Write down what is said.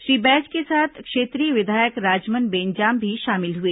श्री बैज के साथ क्षेत्रीय विधायक राजमन बेंजाम भी शामिल हुए